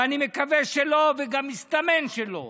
ואני מקווה שלא, וגם מסתמן שלא,